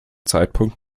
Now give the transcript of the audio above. zeitpunkt